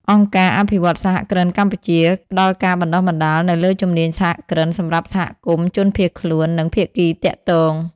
អង្គការអភិវឌ្ឍន៍សហគ្រិនកម្ពុជា ផ្តល់ការបណ្តុះបណ្តាលនៅលើជំនាញសហគ្រិន សម្រាប់សហគមន៍ជនភៀសខ្លួន និងភាគីទាក់ទង។